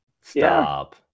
Stop